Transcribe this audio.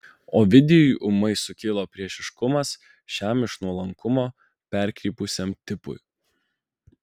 ovidijui ūmai sukilo priešiškumas šiam iš nuolankumo perkrypusiam tipui